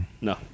No